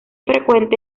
frecuente